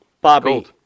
Bobby